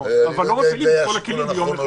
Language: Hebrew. ------ אבל לא מפעילים את כל הכלים ביום אחד,